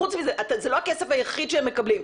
חוץ מזה זה לא הכסף היחיד שהם מקבלים.